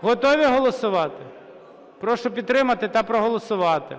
Готові голосувати? Прошу підтримати та проголосувати.